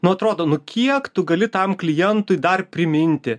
nu atrodo nu kiek tu gali tam klientui dar priminti